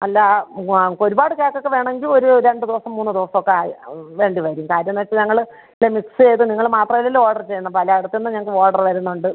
അല്ല ആ ഒരുപാട് കേക്ക് ഒക്കെ വേണമെങ്കിൽ ഒരു രണ്ട് ദിവസം മൂന്ന് ദിവസം ഒക്കെ ആയ് വേണ്ടി വരും കാര്യമെന്ന് വെച്ചാൽ ഞങ്ങൾ മിക്സ് ചെയ്ത് നിങ്ങൾ മാത്രം അല്ലല്ലോ ഓർഡർ ചെയ്യുന്നത് പല ഇടത്തുനിന്നും ഞങ്ങൾക്ക് ഓർഡർ വരുന്നുണ്ട്